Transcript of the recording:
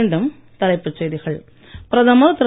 மீண்டும் தலைப்புச் செய்திகள் பிரதமர் திரு